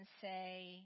say